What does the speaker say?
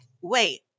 wait